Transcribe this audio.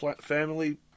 family